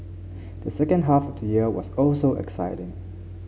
the second half of the year was also exciting